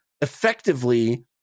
effectively